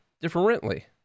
Differently